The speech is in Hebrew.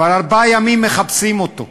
כבר ארבעה ימים מחפשים אותו,